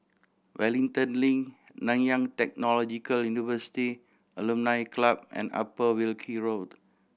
Wellington Link Nanyang Technological University Alumni Club and Upper Wilkie Road